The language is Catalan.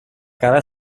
cada